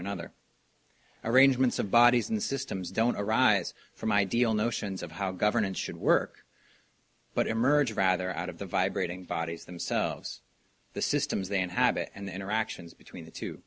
another arrangements of bodies and systems don't arise from ideal notions of how governance should work but emerge rather out of the vibrating bodies themselves the systems they inhabit and the interactions between the two